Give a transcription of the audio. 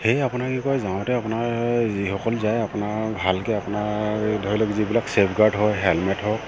সেয়েহে আপোনাৰ কি কয় যাওঁতে আপোনাৰ যিসকল যায় আপোনাৰ ভালকৈ আপোনাৰ ধৰি লওক যিবিলাক ছেফগাৰ্ড হওক হেলমেট হওক